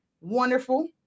wonderful